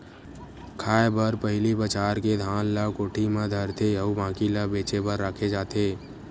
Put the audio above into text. खाए बर पहिली बछार के धान ल कोठी म धरथे अउ बाकी ल बेचे बर राखे जाथे